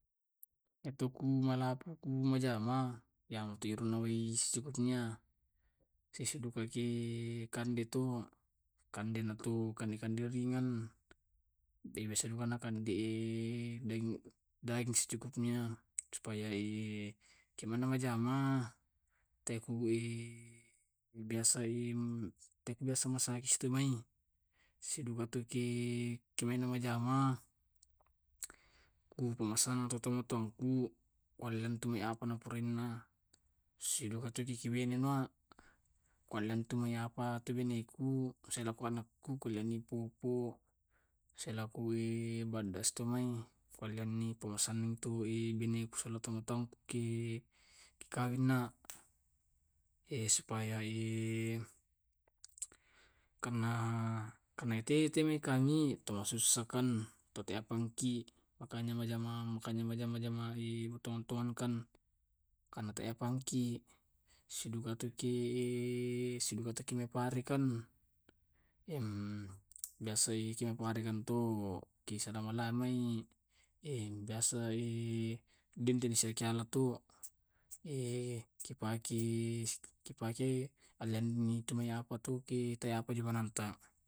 Itu ku malapo ku majama yametoiro nawai sebelumnya sesedukaki kande to. Kandena tu kande kande ringan. Biasana nakande daging daging secukupnya, supaya e kemana majama te ku e biasa em masagis tumai, sidugaki to e kemaena namajama, kumamessang tu tau matoangku walleni antu apa napurainna. Sidugaki tu na benena wallentumai apa tu beneku, siloku akku, kullaani tu pupuk, silaku baddas tumai. Kuallianni tu pamasannang ni beneku silong taumatuangku ke dikawinna. supaya karna karna iya te temai kan to masusakan to tepanki. Makanya majama majama jama-jamang tomatoangken, makanya teapannki. Siduga tuki siduka tuki fari kan emm biasa itu kemarin kan entu kisa lama lamai biasa dentu kisiala to, kipake kipake alliang mi tumai apa tu kejonanta.